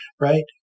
right